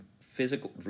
physical